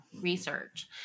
research